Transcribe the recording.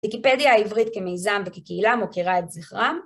ויקיפדיה העברית כמיזם וכקהילה מוקירה את זכרם.